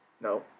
No